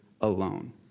alone